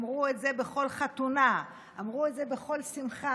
אמרו את זה בכל חתונה, אמרו את זה בכל שמחה.